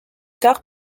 tard